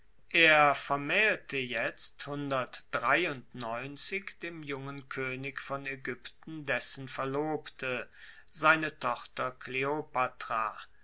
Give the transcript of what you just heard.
er vermaehlte jetzt dem jungen koenig von aegypten dessen verlobte seine tochter kleopatra